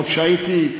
עוד כשהייתי,